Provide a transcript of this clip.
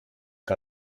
que